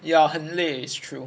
ya 很累 is true